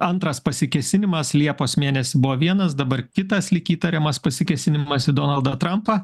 antras pasikėsinimas liepos mėnesį buvo vienas dabar kitas lyg įtariamas pasikėsinimas į donaldą trumpą